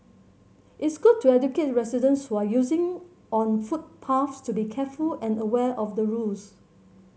it's good to educate residents who are using on footpaths to be careful and aware of the rules